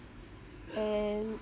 and